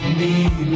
need